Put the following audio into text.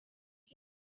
idea